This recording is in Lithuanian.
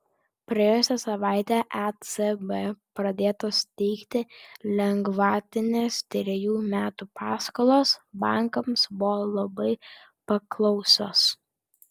praėjusią savaitę ecb pradėtos teikti lengvatinės trejų metų paskolos bankams buvo labai paklausios